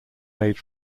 made